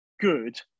good